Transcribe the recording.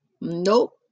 Nope